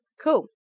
Cool